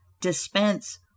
Dispense